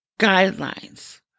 guidelines